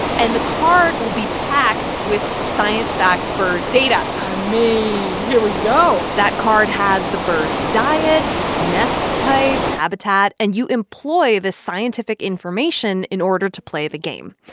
and the card will be packed with science-backed bird data i mean, here we go that card has the bird's diet, nest type, habitat. and you employ this scientific information in order to play the game,